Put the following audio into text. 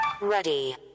Ready